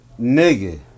Nigga